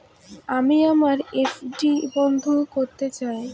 আমি আমার এফ.ডি বন্ধ করতে চাই